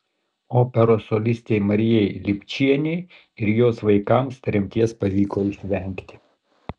operos solistei marijai lipčienei ir jos vaikams tremties pavyko išvengti